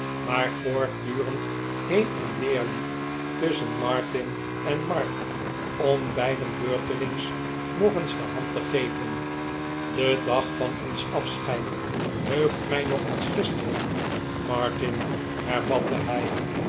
maar voortdurend heen en weer liep tusschen martin en mark om beiden beurtelings nog eens de hand te geven de dag van ons afscheid heugt mij nog als gisteren martin hervatte hij